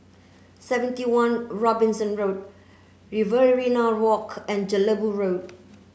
seventy one Robinson Road Riverina Walk and Jelebu Road